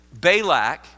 Balak